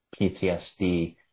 PTSD